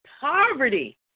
poverty